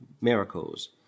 miracles